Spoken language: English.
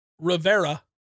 Rivera